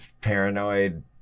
paranoid